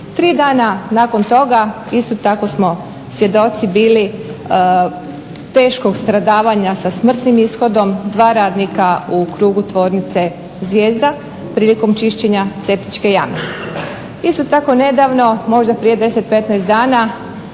Tri dana nakon toga isto tako smo svjedoci bili teškog stradavanja sa smrtnim ishodom dva radnika u krugu tvornice Zvijezda prilikom čišćenja septičke jame. Isto tako nedavno, možda prije 10, 15 dana